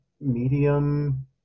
medium